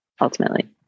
ultimately